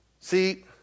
See